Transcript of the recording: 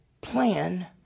plan